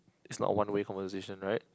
it's not a one way conversation right